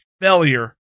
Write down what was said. failure